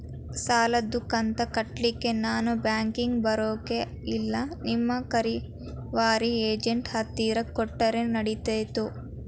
ಸಾಲದು ಕಂತ ಕಟ್ಟಲಿಕ್ಕೆ ನಾನ ಬ್ಯಾಂಕಿಗೆ ಬರಬೇಕೋ, ಇಲ್ಲ ನಿಮ್ಮ ರಿಕವರಿ ಏಜೆಂಟ್ ಹತ್ತಿರ ಕೊಟ್ಟರು ನಡಿತೆತೋ?